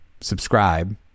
subscribe